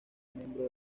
miembro